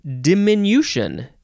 diminution